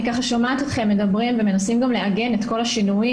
אני שומעת אתכם מדברים ומנסים גם לארגן את כל השינויים